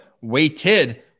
waited